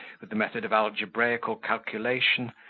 with the method of algebraical calculation,